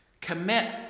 Commit